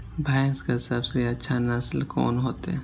भैंस के सबसे अच्छा नस्ल कोन होते?